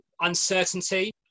uncertainty